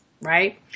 Right